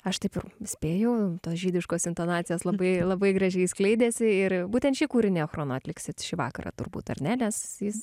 aš taip ir spėjau tos žydiškos intonacijos labai labai gražiai skleidėsi ir būtent šį kūrinį achrono atliksit šį vakarą turbūt ar ne nes jis